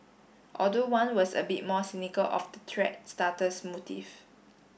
although one was a bit more cynical of the thread starter's motive